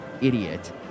idiot